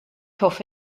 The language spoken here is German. hoffe